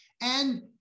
And-